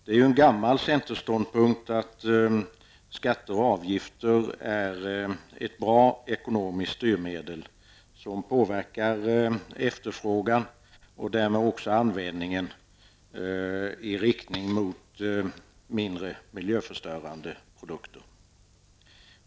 Det är en gammal ståndpunkt från centerpartiet att skatter och avgifter utgör bra ekonomiska styrmedel, som påverkar efterfrågan och därmed också användningen i riktning mot mindre miljöförstörande produkter.